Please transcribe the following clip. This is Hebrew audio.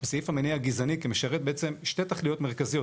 המניע הגזעני כמשרת בעצם שתי תכליות מרכזיות.